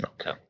Okay